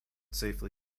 safely